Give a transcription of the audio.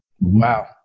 Wow